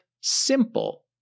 simple